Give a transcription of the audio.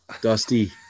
Dusty